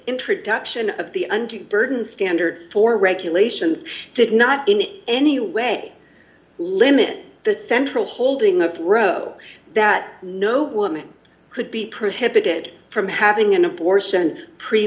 introduction of the undue burden standard for regulations did not in any way limit the central holding of throw that no woman could be prohibited from having an abortion pre